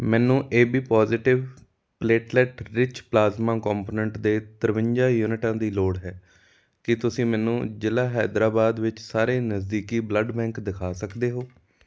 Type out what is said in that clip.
ਮੈਨੂੰ A B positive platelet rich plasma component ਦੇ ਤਰਵੰਜਾ ਯੂਨਿਟਾਂ ਦੀ ਲੋੜ ਹੈ ਕੀ ਤੁਸੀਂ ਮੈਨੂੰ ਜ਼ਿਲ੍ਹਾ ਹੈਦਰਾਬਾਦ ਵਿੱਚ ਸਾਰੇ ਨਜ਼ਦੀਕੀ ਬਲੱਡ ਬੈਂਕ ਦਿਖਾ ਸਕਦੇ ਹੋ